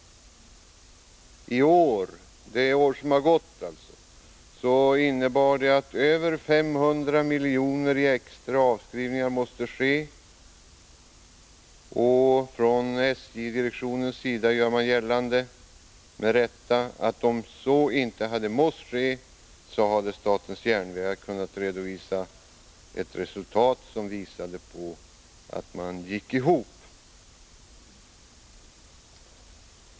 Utvecklingen under det år som har gått innebär att extra avskrivningar måste ske på över 500 miljoner. Från SJ-direktionens sida gör man — med rätta — gällande att om så inte hade måst ske, hade statens järnvägar kunnat redovisa ett resultat som visade på att verksamheten gick ihop.